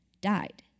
died